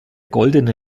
goldene